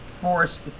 forced